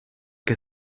que